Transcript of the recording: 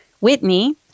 Whitney